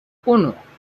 uno